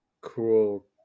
cool